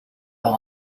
par